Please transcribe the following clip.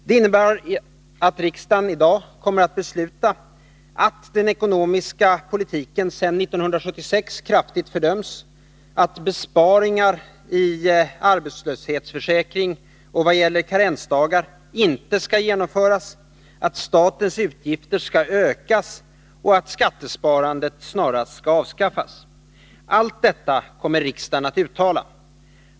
Det innebär att riksdagen i dag kommer att besluta att den ekonomiska politiken sedan 1976 kraftigt fördöms, att besparingar i arbetslöshetsförsäkring och vad gäller karensdagar inte skall genomföras, att statens utgifter skall ökas och att skattesparandet snarast skall avskaffas. Allt detta kommer riksdagen att uttala.